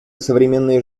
современной